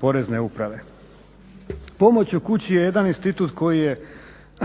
Porezne uprave. Pomoć u kući je jedan institut koji je